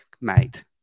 mate